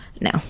No